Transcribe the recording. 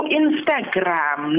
instagram